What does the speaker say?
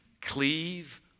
cleave